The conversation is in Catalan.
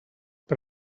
per